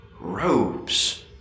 Robes